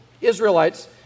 Israelites